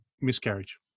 miscarriage